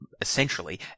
essentially